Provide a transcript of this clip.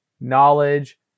knowledge